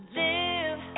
live